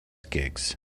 gigs